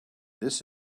this